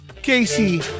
Casey